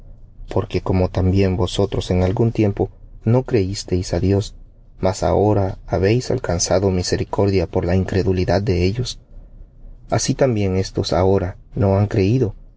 porque como también vosotros en algún tiempo no creísteis á dios mas ahora habéis alcanzado misericordia por la incredulidad de ellos así también éstos ahora no han creído